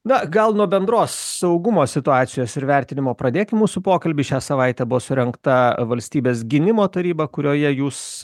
na gal nuo bendros saugumo situacijos ir vertinimo pradėkim mūsų pokalbį šią savaitę buvo surengta valstybės gynimo taryba kurioje jūs